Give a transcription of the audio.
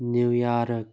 New York